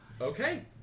Okay